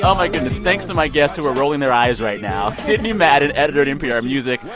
um my goodness. thanks to my guests who are rolling their eyes right now sidney madden, editor at npr music.